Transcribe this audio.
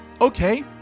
okay